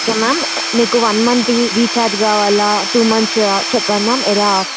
ఒకే ma'am మీకు one month recharge కావాలా two months చెప్పండి మ్యామ్ ఎలా